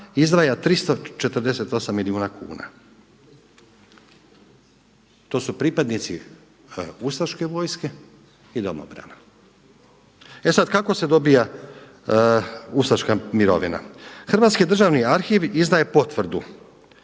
izdvaja 348 milijuna kuna. To su pripadnici ustaške vojske i domobrana. E sada kako se dobiva ustaška mirovina. Hrvatski državni arhiv izdaje potvrdu